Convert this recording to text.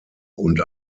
und